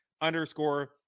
underscore